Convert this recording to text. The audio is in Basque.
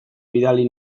bidali